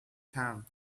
time